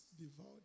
devoured